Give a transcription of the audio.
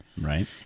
Right